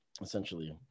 essentially